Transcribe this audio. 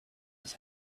his